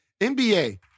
NBA